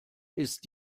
ist